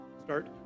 Start